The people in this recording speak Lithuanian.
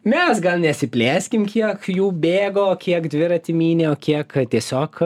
mes gal nesiplėskim kiek jų bėgo kiek dviratį mynė o kiek tiesiog